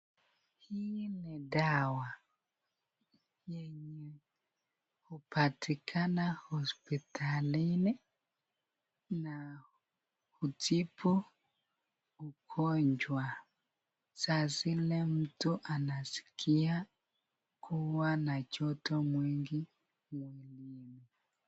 Hii ni dawa yenye hupatikana hospitalini na hutobu ugonjwa saa zile mtu anaskia kuwa na joto mingi mwilini.